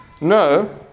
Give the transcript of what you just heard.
No